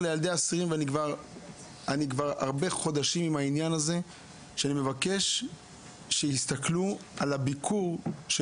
כבר הרבה חודשים אני עם העניין הזה שאני מבקש שיסתכלו על הביקור של